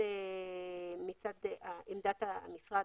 שעמדת המשרד,